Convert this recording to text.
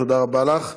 תודה רבה לך.